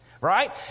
right